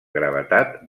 gravetat